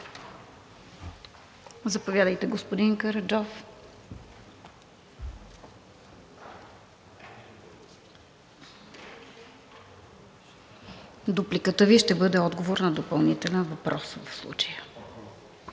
Заповядайте, господин Караджов – дупликата Ви ще бъде отговор на допълнителен въпрос в случая.